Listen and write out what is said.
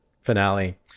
finale